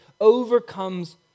overcomes